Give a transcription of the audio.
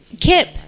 Kip